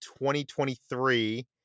2023